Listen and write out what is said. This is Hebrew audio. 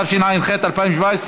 התשע"ח 2017,